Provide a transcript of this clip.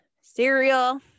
cereal